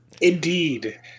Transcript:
Indeed